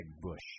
bush